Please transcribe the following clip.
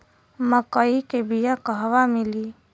मक्कई के बिया क़हवा मिली?